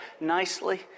nicely